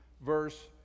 verse